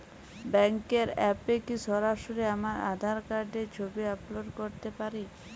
ব্যাংকের অ্যাপ এ কি সরাসরি আমার আঁধার কার্ডের ছবি আপলোড করতে পারি?